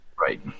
Right